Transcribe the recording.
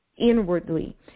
inwardly